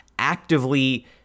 actively